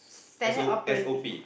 standard operative